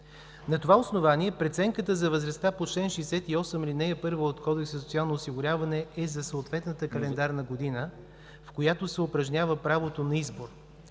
На това основание преценката за възрастта по чл. 68, ал. 1 от Кодекса за социално осигуряване е за съответната календарна година, в която се упражнява правото на избор.